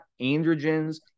androgens